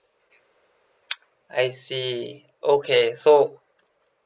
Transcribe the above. I see okay so